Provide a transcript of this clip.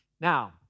Now